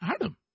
Adam